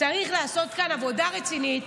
צריך לעשות כאן עבודה רצינית,